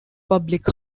public